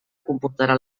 comportarà